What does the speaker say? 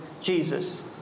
Jesus